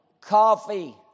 coffee